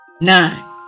Nine